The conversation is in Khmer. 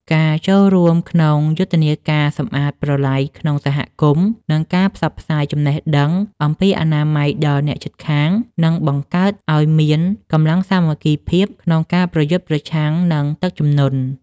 ការចូលរួមក្នុងយុទ្ធនាការសម្អាតប្រឡាយក្នុងសហគមន៍ និងការផ្សព្វផ្សាយចំណេះដឹងអំពីអនាម័យដល់អ្នកជិតខាង នឹងបង្កើតឱ្យមានកម្លាំងសាមគ្គីភាពក្នុងការប្រយុទ្ធប្រឆាំងនឹងទឹកជំនន់។